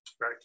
right